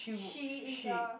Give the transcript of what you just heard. she is a